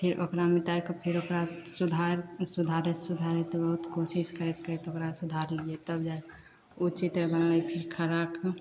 फेर ओकरा मिटैके फेर ओकरा सुधारि सुधारैत सुधारैत बहुत कोशिश करैत करैत ओकरा सुधारलिए तब जाके ओ चित्र बनलै फेर खड़ाके